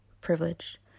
privilege